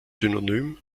synonym